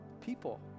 people